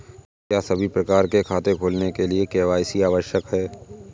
क्या सभी प्रकार के खाते खोलने के लिए के.वाई.सी आवश्यक है?